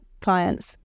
clients